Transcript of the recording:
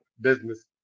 business